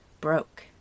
broke